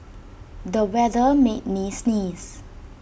the weather made me sneeze